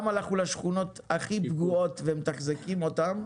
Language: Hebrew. גם הלכנו לשכונות הכי פגועות ומתחזקים אותם.